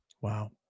Wow